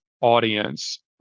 audience